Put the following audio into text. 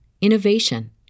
innovation